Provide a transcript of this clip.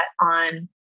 on